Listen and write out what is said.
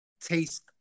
taste